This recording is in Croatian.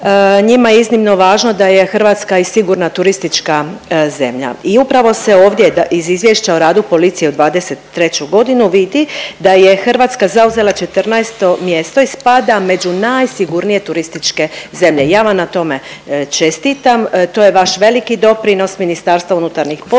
njima je iznimno važno da je Hrvatska i sigurna turistička zemlja. I upravo se ovdje iz Izvješća o radu policije od '23.g. vidi da je Hrvatska zauzela 14. mjesto i spada među najsigurnije turističke zemlje. Ja vam na tome čestitam, to je vaš veliki doprinos, MUP-a turizmu.